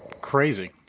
crazy